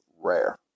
rare